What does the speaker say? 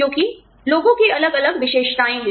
क्योंकि लोगों की अलग अलग विशेषताएँ हैं